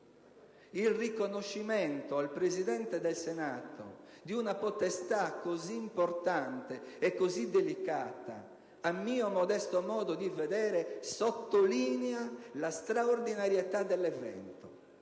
Il riconoscimento al Presidente del Senato di una potestà così importante e così delicata, a mio modesto modo di vedere, sottolinea la straordinarietà dell'evento.